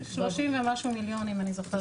30 ומשהו מליון אם אני זוכרת נכון.